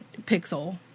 pixel